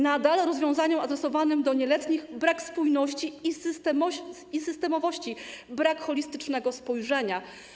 Nadal w rozwiązaniu adresowanym do nieletnich brak spójności i systemowości, brak holistycznego spojrzenia.